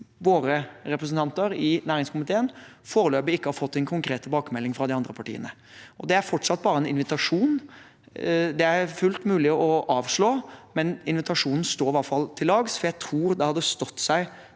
våre representanter i næringskomiteen foreløpig ikke har fått en konkret tilbakemelding fra de andre partiene. Det er fortsatt bare en invitasjon. Det er fullt mulig å avslå, men invitasjonen står i hvert fall ved lag, for jeg tror det hadde stått seg